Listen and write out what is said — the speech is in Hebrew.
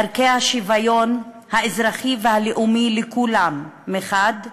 ערכי השוויון האזרחי והלאומי לכולם, מחד גיסא,